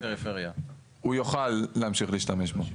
הוא יוכל להמשיך להשתמש בו.